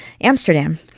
Amsterdam